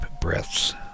breaths